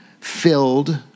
filled